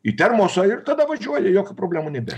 į termosą ir tada važiuoji jokių problemų nebėr